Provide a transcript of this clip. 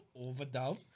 overdub